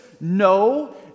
no